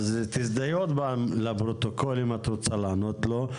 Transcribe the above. אז תזדהי עוד פעם לפרוטוקול אם את רוצה לענות לו,